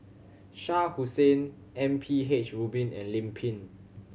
Shah Hussain M P H Rubin and Lim Pin